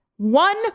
One